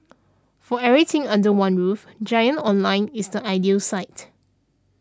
for everything under one roof Giant Online is the ideal site